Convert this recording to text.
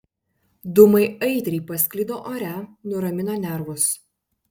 dūmai aitriai pasklido ore nuramino nervus